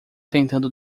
tentando